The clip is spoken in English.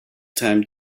time